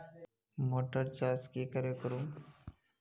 Motor चास की करे करूम?